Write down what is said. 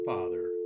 Father